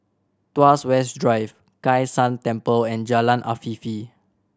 Tuas West Drive Kai San Temple and Jalan Afifi